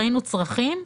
ראינו צרכים.